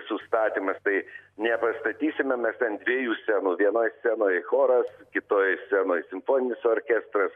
sustatymas tai nepastatysime mes ten dviejų scenų vienoj scenoj choras kitoj scenoj simfoninis orkestras